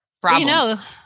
problems